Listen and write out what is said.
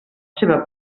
seva